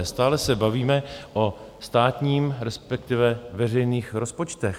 Stále se bavíme o státním, respektive veřejných rozpočtech.